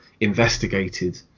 investigated